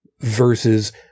versus